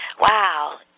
wow